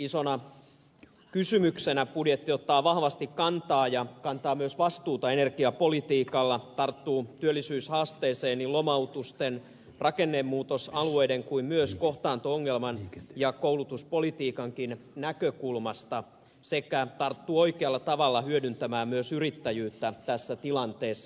isona kysymyksenä budjetti ottaa vahvasti kantaa ja kantaa myös vastuuta energiapolitiikalla tarttuu työllisyyshaasteeseen niin lomautusten rakennemuutosalueiden kuin myös kohtaanto ongelman ja koulutuspolitiikankin näkökulmasta sekä tarttuu oikealla tavalla hyödyntämään myös yrittäjyyttä tässä tilanteessa